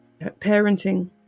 parenting